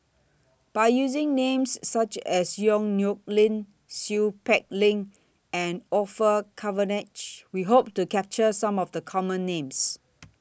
By using Names such as Yong Nyuk Lin Seow Peck Leng and Orfeur Cavenagh We Hope to capture Some of The Common Names